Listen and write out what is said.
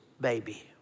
baby